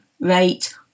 rate